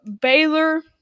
Baylor